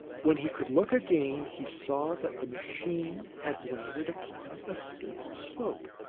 when he could look again, he saw that the machine had landed upon a steep slope,